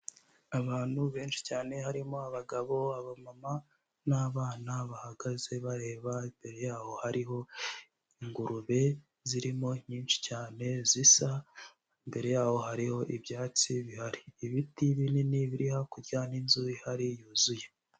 Abantu benshi cyane harimo abagabo, abamama n'abana bahagaze bareba, imbere yaho hariho ingurube zirimo nyinshi cyane zisa, imbere yaho hariho ibyatsi bihari, ibiti binini biri hakurya n'inzu ihari yuzuye.